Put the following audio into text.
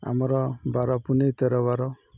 ଆମର ବାର ପୁନେଇ ତେରବାର